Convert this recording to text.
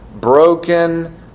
broken